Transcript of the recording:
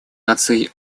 наций